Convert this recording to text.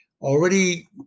already